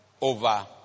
over